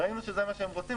ראינו שזה מה שהם רוצים,